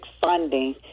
funding